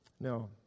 No